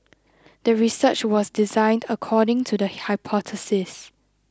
the research was designed according to the hypothesis